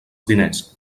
diners